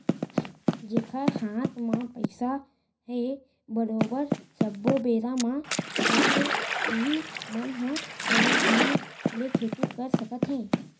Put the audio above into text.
जेखर हात म पइसा ह बरोबर सब्बो बेरा म रहिथे उहीं मन ह बने ढंग ले खेती कर सकत हे